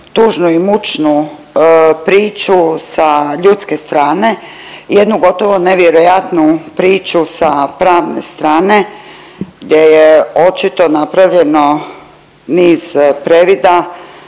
tužnu i mučnu priču sa ljudske strane, jednu gotovo nevjerojatnu priču sa pravne strane gdje je očito napravljeno niz previda